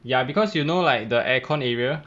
ya because you know like the aircon area